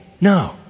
No